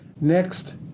Next